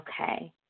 Okay